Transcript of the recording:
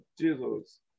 Jesus